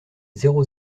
zéro